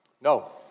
No